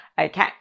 Okay